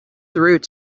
through